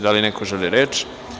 Da li neko želi reč?